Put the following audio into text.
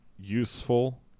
useful